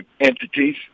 entities